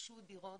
רכשו דירות